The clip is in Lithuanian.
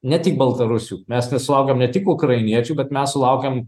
ne tik baltarusių mes nesulaukėm ne tik ukrainiečių bet mes sulaukėm